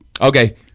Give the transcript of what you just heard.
Okay